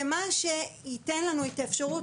זה מה שייתן לנו את האפשרות,